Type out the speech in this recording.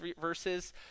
verses